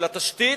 לתשתית,